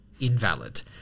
invalid